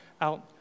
out